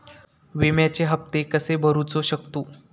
विम्याचे हप्ते कसे भरूचो शकतो?